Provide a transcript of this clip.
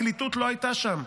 הפרקליטות לא הייתה שם.